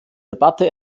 debatte